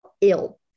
ill